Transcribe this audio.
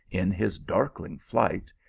in his darkling flight,